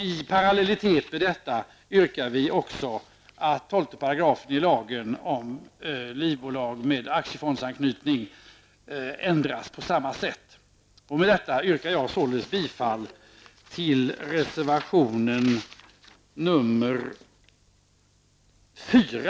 I parallellitet med detta yrkar vi också att § 12 i lagen om livbolag med aktiefondsanknytning ändras på samma sätt. Med detta yrkar jag bifall reservation nr 4.